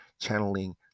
channeling